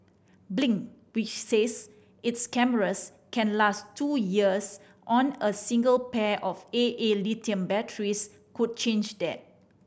blink which says its cameras can last two years on a single pair of A A lithium batteries could change that